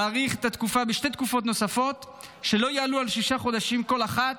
להאריך את התקופה בשתי תקופות נוספות שלא יעלו על שישה חודשים כל אחת,